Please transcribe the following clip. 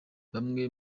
bamwe